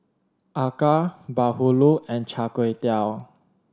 Acar Bahulu and Char Kway Teow